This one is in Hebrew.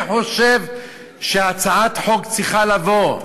אני חושב שהצעת החוק צריכה לבוא,